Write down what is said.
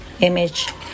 image